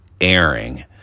airing